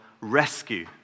rescue